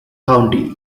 county